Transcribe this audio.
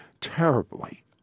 terribly